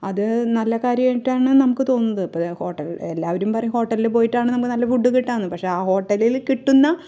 അത് നല്ല കാര്യമായിട്ടാണ് നമുക്ക് തോന്നുന്നത് അപ്പോൾ ഹോട്ടല് എല്ലാവരും പറയും ഹോട്ടലില് പോയിട്ടാണ് നമുക്ക് നല്ല ഫുഡ് കിട്ടുക എന്ന് പക്ഷെ ആ ഹോട്ടലില് കിട്ടുന്ന